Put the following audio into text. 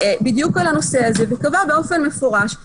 גם הקנס היומי שמוצע על ידי הסניגוריה הציבורית,